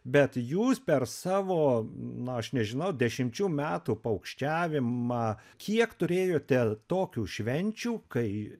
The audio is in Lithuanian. bet jūs per savo na aš nežinau dešimčių metų paukščiavimą kiek turėjote tokių švenčių kai